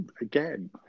again